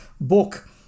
book